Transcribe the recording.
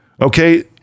Okay